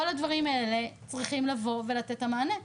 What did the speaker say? לכל הדברים האלה צריך לתת את המענה.